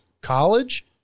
college